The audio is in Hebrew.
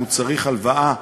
אם הוא צריך הלוואה,